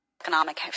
Economic